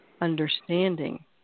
understanding